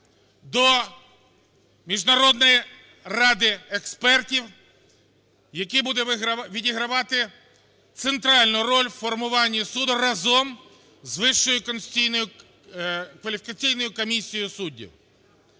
до Міжнародної ради експертів, які будуть відігравати центральну роль у формуванні суду разом з Вищою